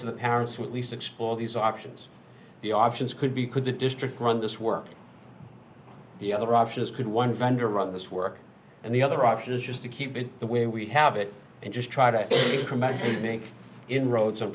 of the parents who at least explore these options the options could be could the district run this work the other options could one vendor run this work and the other option is just to keep it the way we have it and just try to make inroads